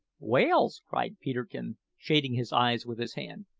whales! cried peterkin, shading his eyes with his hand.